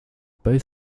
both